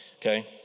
Okay